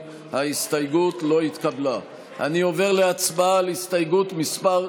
יצביעו לפי צו מצפונם,